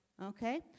Okay